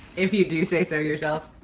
if you do say so yourself.